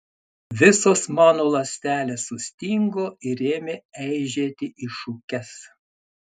visos mano ląstelės sustingo ir ėmė eižėti į šukes